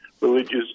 religious